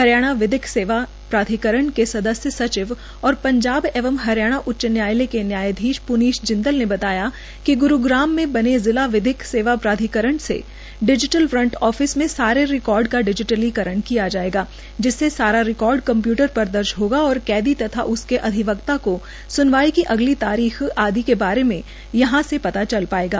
हरियाणा विधिक प्राधिकरण के सदस्य सचिव और पंजाब एवं हरियाणा उच्च न्यायालय के न्यायधीश प्नीश जिदंल ने बताया कि ग्रूग्राम मे बने जिला विधिक प्राधिकरण के डिजीटल फ्रंट ऑफिस मे सारे रिकार्ड को डिजीटलीकरण किया जायेगा जिससे सारा रिकार्ड कम्प्यूटर में दर्ज होगा और कैदी तथा उसके अधिवकता को सूनवाई की अगली तारीख आदि के बारे में यहां से पता चल पाएगा